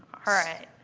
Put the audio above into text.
alright,